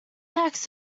facts